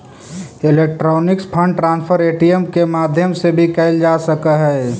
electronic fund transfer ATM के माध्यम से भी कैल जा सकऽ हइ